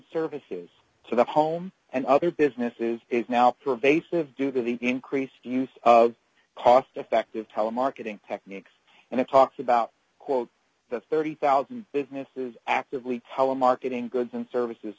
services to the home and other businesses is now pervasive due to the increased use of cost effective telemarketing techniques and it talks about quote the thirty thousand businesses actively telemarketing goods and services